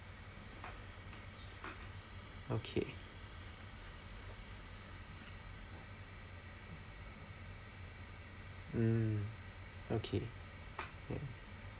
okay mm okay